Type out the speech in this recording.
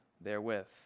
therewith